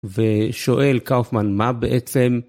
ושואל קאופמן מה בעצם...